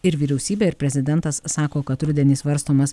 ir vyriausybė ir prezidentas sako kad rudenį svarstomas